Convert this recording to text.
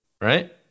Right